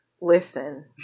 Listen